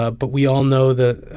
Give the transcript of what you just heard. ah but we all know that